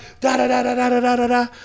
Da-da-da-da-da-da-da-da